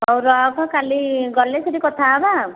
ହଉ ରଖ କାଲି ଗଲେ ସେଇଠି କଥା ହେବା